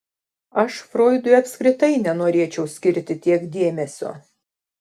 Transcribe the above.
aš froidui apskritai nenorėčiau skirti tiek dėmesio